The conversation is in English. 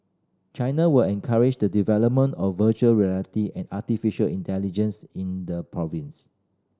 China will encourage the development of virtual reality and artificial intelligence in the province